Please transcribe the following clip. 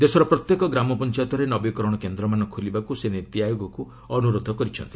ଦେଶର ପ୍ରତ୍ୟେକ ଗ୍ରାମପଞ୍ଚାୟତରେ ନବୀକରଣ କେନ୍ଦ୍ରମାନ ଖୋଲିବାକୁ ସେ ନୀତି ଆୟୋଗକୁ ଅନୁରୋଧ କରିଛନ୍ତି